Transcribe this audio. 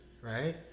right